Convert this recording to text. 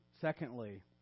Secondly